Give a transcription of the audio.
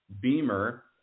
Beamer